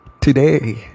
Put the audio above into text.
today